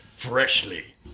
Freshly